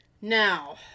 Now